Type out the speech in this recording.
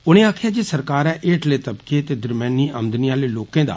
उनें आक्खेआ जे सरकार हेठले तबके ते दरम्यानी आमदनी आले लोकें दा